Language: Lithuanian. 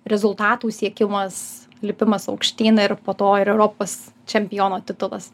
rezultatų siekimas lipimas aukštyn ir po to ir europos čempiono titulas